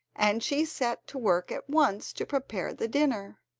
and she set to work at once to prepare the dinner,